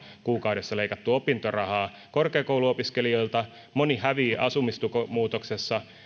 kuukaudessa on leikattu opintorahaa korkeakouluopiskelijoilta ja moni häviää asumistukimuutoksessa